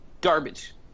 Garbage